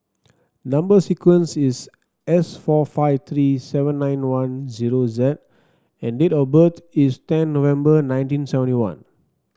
number sequence is S four five three seven nine one zero Z and date of birth is ten November nineteen seventy one